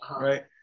right